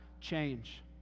Change